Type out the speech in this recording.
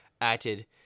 acted